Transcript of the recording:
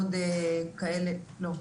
סליחה,